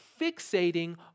fixating